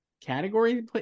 category